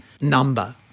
number